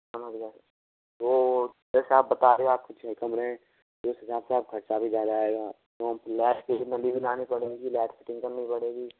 समझ गए तो जैसा आप बता रहे हो आपके छः कमरे हैं उस हिसाब से अब खर्चा भी ज़्यादा आएगा क्योंकि लाइट फिटिंग की चीज भी लानी पड़ेगी लाइट फिटिंग करनी पड़ेगी